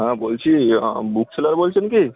হ্যাঁ বলছি book seller বলছেন কি